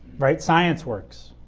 right. science works.